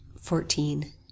fourteen